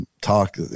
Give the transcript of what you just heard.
talk